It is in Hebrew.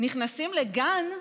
נכנסים לגן,